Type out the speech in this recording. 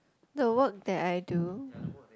the work that I do